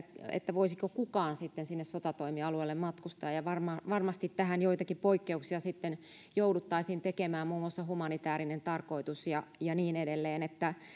voisiko kukaan sitten sinne sotatoimialueelle matkustaa ja varmasti tähän joitakin poikkeuksia jouduttaisiin tekemään muun muassa humanitäärinen tarkoitus ja ja niin edelleen